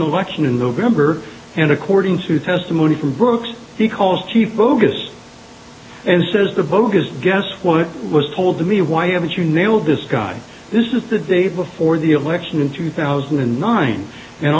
election in november and according to testimony from brooks he calls chief bogus and says the bogus guess what was told to me why haven't you nailed this guy this is the day before the election in two thousand and nine and